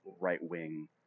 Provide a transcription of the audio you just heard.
right-wing